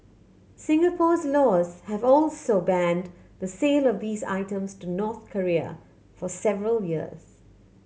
Singapore's laws have also banned the sale of these items to North Korea for several years